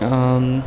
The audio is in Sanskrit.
आम्